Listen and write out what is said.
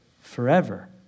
forever